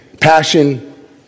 Passion